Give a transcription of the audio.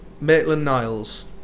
Maitland-Niles